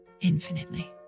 infinitely